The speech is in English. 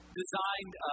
designed